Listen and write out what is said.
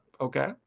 Okay